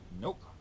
Nope